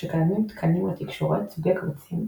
כשקיימים תקנים לתקשורת, סוגי קבצים,